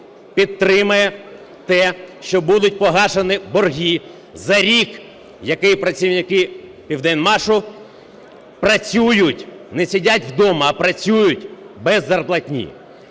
підтримає те, що будуть погашені борги за рік, який працівники "Південмашу" працюють, не сидять вдома, а працюють без зарплатні.